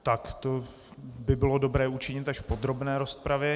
Tak to by bylo dobré učinit až v podrobné rozpravě.